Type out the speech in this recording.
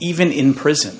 even in prison